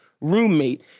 roommate